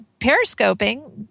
periscoping